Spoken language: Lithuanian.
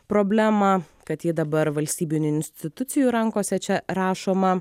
problemą kad ji dabar valstybinių institucijų rankose čia rašoma